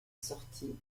sortie